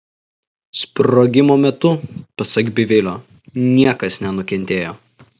sprogimo metu pasak bivilio niekas nenukentėjo